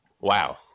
wow